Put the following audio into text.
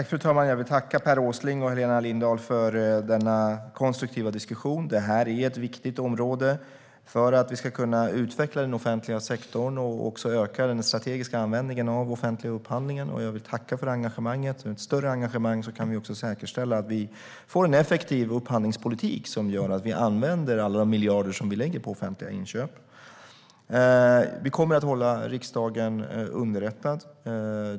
Fru talman! Jag vill tacka Per Åsling och Helena Lindahl för denna konstruktiva diskussion. Det här är en viktig fråga för att vi ska kunna utveckla den offentliga sektorn och också öka den strategiska användningen av den offentliga upphandlingen. Jag vill tacka för engagemanget. Med ett större engagemang kan vi också säkerställa att vi får en effektiv upphandlingspolitik när det gäller hur vi använder alla de miljarder som vi lägger på offentliga inköp. Vi kommer att hålla riksdagen underrättad.